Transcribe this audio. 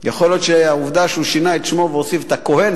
יכול להיות שהעובדה שהוא שינה את שמו והוסיף את ה"הכהן",